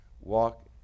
walk